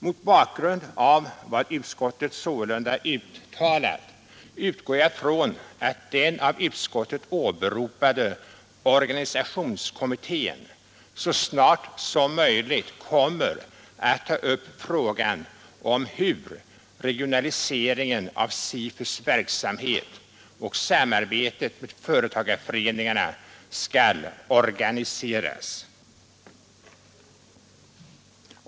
Mot bakgrund av vad utskottet sålunda uttalat utgår jag från att den av utskottet åberopade organisationskommittén så snart som möjligt kommer att ta upp frågan om hur regionaliseringen av SIFU:s verksamhet och samarbetet med företagarföreningarna skall organiseras.